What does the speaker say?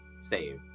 save